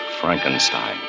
Frankenstein